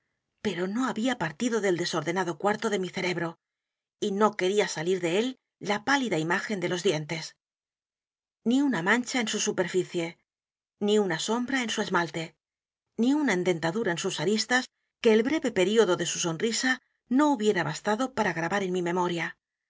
pero no había partido déá desordenado cuarto de mi cerebro y no quería salir de él la pálida imagen de los dientes ni u n a mancha en su superficie ni una sombra en su esmalte ni una endentadura en sus aristas que el breve período de su sonrisa no hubiera bastado p a r